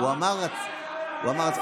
הוא אמר, הוא אמר.